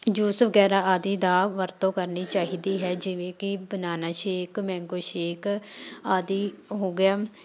juice ਵਗੈਰਾ ਆਦਿ ਦਾ ਵਰਤੋਂ ਕਰਨੀ ਚਾਹੀਦੀ ਹੈ ਜਿਵੇਂ ਕਿ ਬਨਾਨਾ ਸ਼ੇਕ ਮੈਂਗੋ ਸ਼ੇਕ ਆਦਿ ਹੋ ਗਿਆ